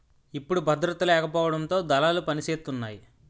ఇప్పుడు భద్రత లేకపోవడంతో దళాలు పనిసేతున్నాయి